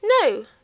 No